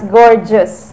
gorgeous